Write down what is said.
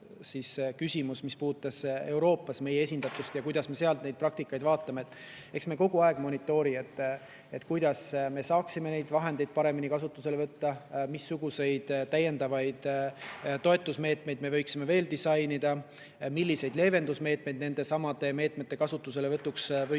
mis puudutas Euroopas meie esindatust ja kuidas me sealt neid praktikaid vaatame. Eks me kogu aeg monitoorime, kuidas me saaksime neid vahendeid paremini kasutusele võtta, missuguseid täiendavaid toetusmeetmeid me võiksime veel disainida, milliseid leevendusmeetmeid nendesamade meetmete kasutuselevõtul võiks